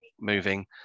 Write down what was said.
moving